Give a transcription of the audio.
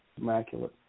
immaculate